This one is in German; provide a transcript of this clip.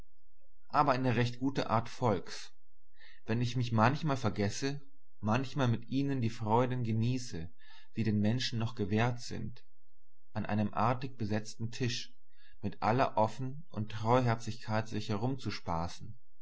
aber eine recht gute art volks wenn ich mich manchmal vergesse manchmal mit ihnen die freuden genieße die den menschen noch gewährt sind an einem artig besetzten tisch mit aller offen und treuherzigkeit sich